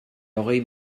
hogei